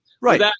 Right